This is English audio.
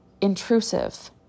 intrusive